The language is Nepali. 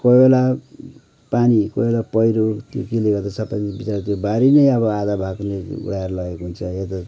कोहीबेला पानी कोही बेला पहिरो त्यो केले गर्दा सबै बिचरा बारी नै अब आधा भाग नै उडाएर लगेको हुन्छ या त